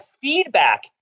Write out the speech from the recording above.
feedback